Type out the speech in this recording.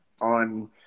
on